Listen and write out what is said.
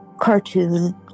cartoon